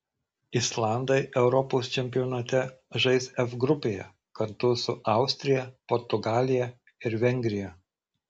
islandai europos čempionate žais f grupėje kartu su austrija portugalija ir vengrija